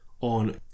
on